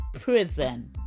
prison